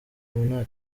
nta